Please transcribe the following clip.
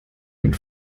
mit